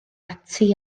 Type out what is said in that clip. ati